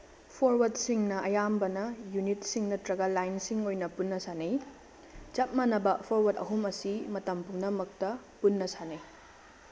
ꯐꯣꯔꯋꯔꯠꯁꯤꯡꯅ ꯑꯌꯥꯝꯕꯅ ꯌꯨꯅꯤꯠꯁꯤꯡ ꯅꯠꯇ꯭ꯔꯒ ꯂꯥꯏꯟꯁꯤꯡ ꯑꯣꯏꯅ ꯄꯨꯟꯅ ꯁꯥꯟꯅꯩ ꯆꯞ ꯃꯥꯟꯅꯕ ꯐꯣꯔꯋ꯭ꯔꯠ ꯑꯍꯨꯝ ꯑꯁꯤ ꯃꯇꯝ ꯄꯨꯝꯅꯃꯛꯇ ꯄꯨꯟꯅ ꯁꯥꯟꯅꯩ